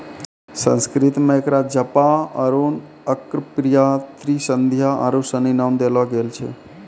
संस्कृत मे एकरा जपा अरुण अर्कप्रिया त्रिसंध्या आरु सनी नाम देलो गेल छै